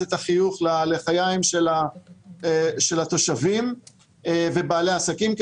את החיוך ללחיים של התושבים ובעלי העסקים,